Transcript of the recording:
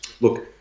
Look